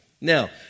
Now